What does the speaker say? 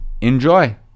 enjoy